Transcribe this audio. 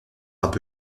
être